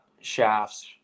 shafts